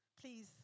Please